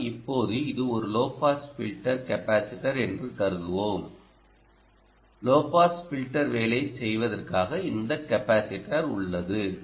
ஆனால் இப்போது இது ஒரு லோ பாஸ் ஃபில்டர் கெபாஸிடர் என்று கருதுவோம் லோ பாஸ் ஃபில்டர் வேலையைச் செய்வதற்காக இந்த கெபாஸிடர் உள்ளது